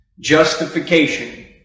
Justification